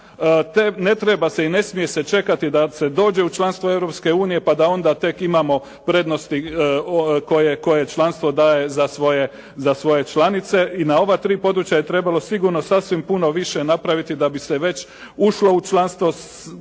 ne treba se i ne smije se čekati da se dođe u članstvo u Europske unije pa da onda tek imamo prednosti koje članstvo daje za svoje članice. I na ova tri područja je trebalo sigurno sasvim puno više napravi da bi se već ušlo u članstvo